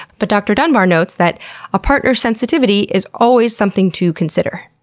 but dr. dunbar notes that a partner's sensitivity is always something to consider.